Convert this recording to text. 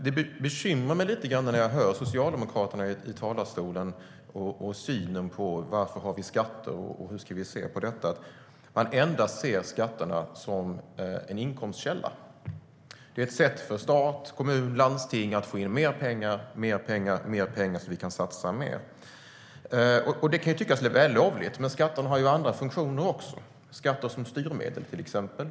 Det bekymrar mig lite när jag hör Socialdemokraterna redogöra för varför vi har skatter att de ser skatter endast som en inkomstkälla. Det är ett sätt för stat, kommun och landsting att få in mer pengar till att satsa mer. Det kan tyckas vällovligt, men skatter har även andra funktioner. Skatter kan till exempel vara styrmedel.